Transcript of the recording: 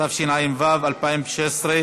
התשע"ו 2016,